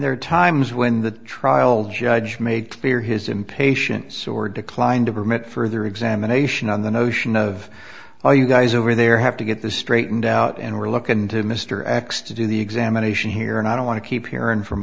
there are times when the trial judge made clear his impatience or declined to permit further examination on the notion of are you guys over there have to get this straightened out and we're looking into mr x to do the examination here and i don't want to keep hearing from